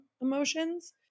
emotions